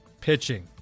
pitching